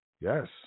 yes